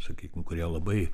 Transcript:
sakykim kurie labai